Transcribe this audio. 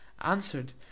answered